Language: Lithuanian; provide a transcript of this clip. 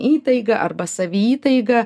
įtaiga arba saviįtaiga